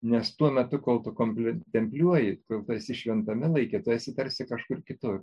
nes tuo metu kol tu kompli templiuji tu esi šventame laike tu esi tarsi kažkur kitur